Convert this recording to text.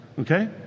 Okay